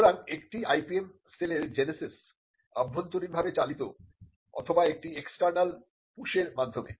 সুতরাং একটি IPM সেলের জেনেসিস অভ্যন্তরীণভাবে চালিত অথবা একটি এক্সটার্নাল পুশের মাধ্যমে